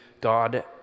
God